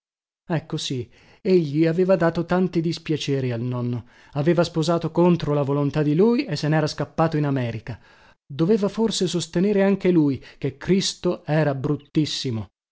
ecco sì egli aveva dato tanti dispiaceri al nonno aveva sposato contro la volontà di lui e se nera scappato in america doveva forse sostenere anche lui che cristo era bruttissimo